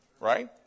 right